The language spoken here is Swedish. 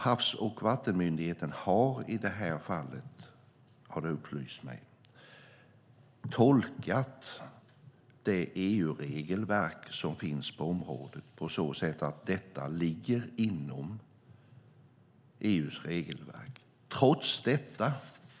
Havs och vattenmyndigheten har i det här fallet, har det upplysts mig, tolkat det EU-regelverk som finns på området på så sätt att detta ligger inom ramarna för det regelverket.